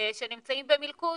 שנמצאים במלכוד,